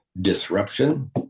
disruption